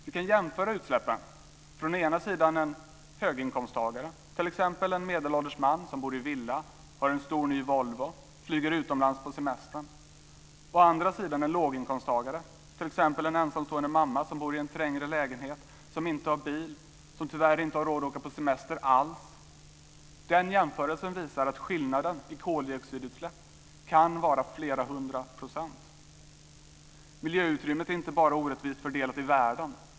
Vi kan jämföra utsläppen från å ena sidan en höginkomsttagare, t.ex. en medelålders man som bor i villa, har en stor ny Volvo och flyger utomlands på semestern, och å andra sidan en låginkomsttagare, t.ex. en ensamstående mamma som bor i en trängre lägenhet, som inte har bil och som tyvärr inte alls har råd att åka på semester. Den jämförelsen visar att skillnaden i koldioxidutsläpp kan vara flera hundra procent. Miljöutrymmet är inte bara orättvist fördelat i världen.